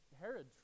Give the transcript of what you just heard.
Herod